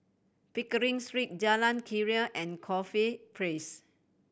Pickering Street Jalan Keria and Corfe Place